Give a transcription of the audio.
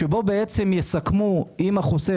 שבו יסכמו עם החוסך.